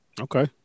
Okay